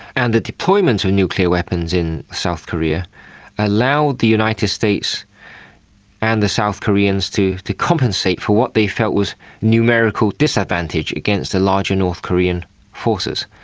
and the deployment of nuclear weapons in south korea allowed the united states and the south koreans to to compensate for what they felt was numerical disadvantage against the larger north korean forces.